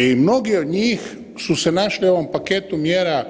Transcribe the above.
I mnogi od njih su se našli u ovom paketu mjera